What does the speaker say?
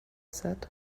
said